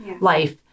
life